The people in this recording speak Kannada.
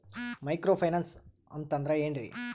ಮೈಕ್ರೋ ಫೈನಾನ್ಸ್ ಅಂತಂದ್ರ ಏನ್ರೀ?